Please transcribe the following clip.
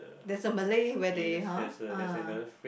there's a Malay wedding ha ah